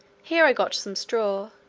here i got some straw,